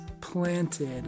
planted